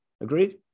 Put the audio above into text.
Agreed